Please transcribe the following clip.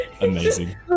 Amazing